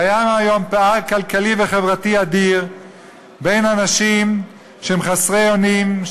קיים היום פער כלכלי וחברתי אדיר בין אנשים שהם חסרי אונים,